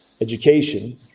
education